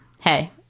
hey